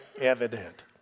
evident